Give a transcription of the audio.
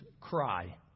cry